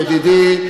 ידידי,